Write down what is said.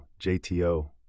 JTO